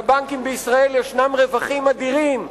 לבנקים בישראל יש רווחים אדירים,